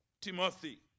Timothy